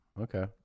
Okay